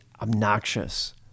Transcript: obnoxious